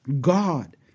God